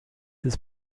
ist